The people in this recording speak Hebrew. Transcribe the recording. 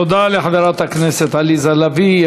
תודה לחברת הכנסת עליזה לביא.